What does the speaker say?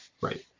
right